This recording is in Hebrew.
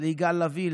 ליגאל לביא,